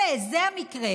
אלה, זה המקרה.